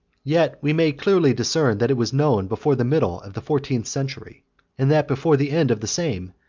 yet we may clearly discern, that it was known before the middle of the fourteenth century and that before the end of the same,